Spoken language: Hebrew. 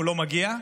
לא מגיע.